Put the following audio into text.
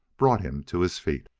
brought him to his feet.